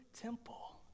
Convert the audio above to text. temple